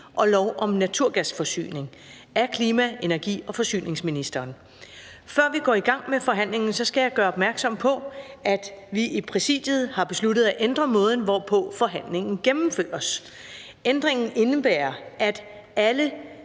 Forhandling Første næstformand (Karen Ellemann): Før vi går i gang med forhandlingen, skal jeg gøre opmærksom på, at vi i Præsidiet har besluttet at ændre måden, hvorpå forhandlingen gennemføres. Ændringen indebærer, at alle